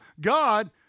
God